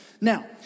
now